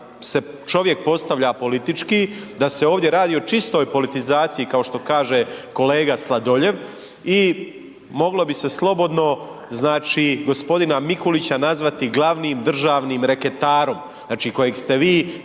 da se čovjek postavlja politički, da se ovdje radi o čistoj politizaciji kao što kaže kolega Sladoljev i moglo bi se slobodno znači g. Mikulića nazvati glavnim državni reketarom znači kojeg ste vi